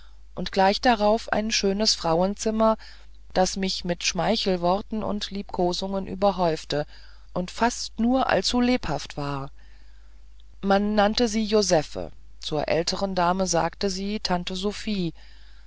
und gleich darauf ein schönes frauenzimmer das mich mit schmeichelworten und liebkosungen überhäufte und fast nur allzu lebhaft war man nannte sie josephe zur ältern dame sagte sie tante sophie